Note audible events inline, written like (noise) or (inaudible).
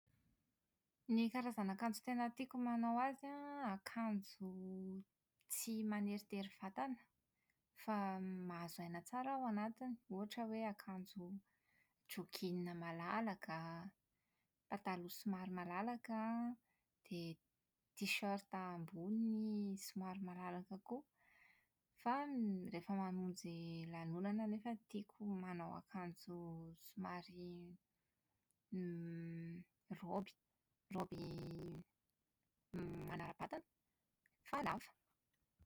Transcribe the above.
Ny karazana akanjo tena tiako manao azy an, akanjo tsy maneritery vatana, fa mahazo aina tsara aho ao anatiny. Ohatra hoe akanjo jogging somary malalaka an, pataloha somary malalaka an, dia tshirt ambony somary malalaka koa. Fa (hesitation) > rehefa mamonjy lanonana aho nefa tiako manao akanjo somary (hesitation) > raoby, raoby (hesitation) > manara-batana, fa lava.